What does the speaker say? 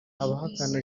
abahakana